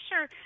sure